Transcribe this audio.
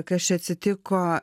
kas čia atsitiko